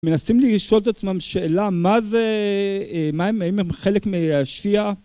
מנסים לשאול את עצמם שאלה, מה זה, מהם, האם הם חלק מהשיאה?